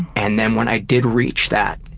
and then when i did reach that,